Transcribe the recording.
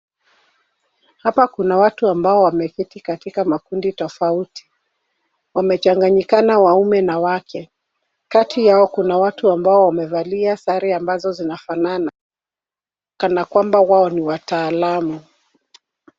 Hapa kuna watu ambao wameketi katika makundi tofauti. Wamechanganyikana waume na wake. Kati yao kuna watu ambao wamevalia sare ambazo zinafanana kana kwamba wao ni wataalamu.